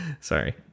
Sorry